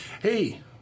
Hey